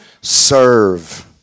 serve